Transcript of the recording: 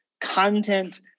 content